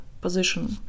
position